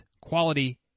quality